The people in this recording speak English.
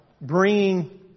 bringing